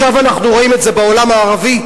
ועכשיו אנחנו רואים את זה בעולם הערבי,